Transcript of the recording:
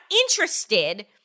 interested